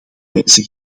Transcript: wijze